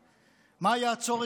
מה יעצור את הכנסת